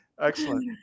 Excellent